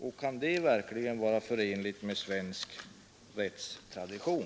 Kan det verkligen vara förenligt med svensk rättstradition?